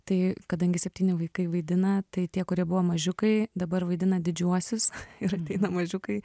tai kadangi septyni vaikai vaidina tai tie kurie buvo mažiukai dabar vaidina didžiuosius ir ateina mažiukai